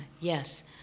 yes